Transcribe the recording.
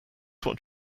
what